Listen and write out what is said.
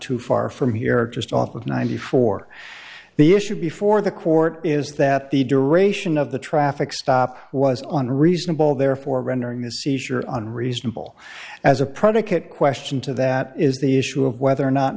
too far from here just off of ninety four the issue before the court is that the duration of the traffic stop was on reasonable therefore rendering the seizure on reasonable as a predicate question to that is the issue of whether or not